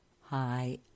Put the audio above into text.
Hi